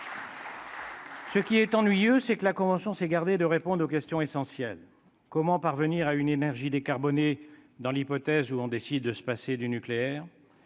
Ce qui est ennuyeux, c'est que la convention s'est gardée de répondre aux questions essentielles. Comment parvenir à une énergie décarbonée dans l'hypothèse où l'on décide de se passer du nucléaire ?